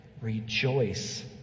Rejoice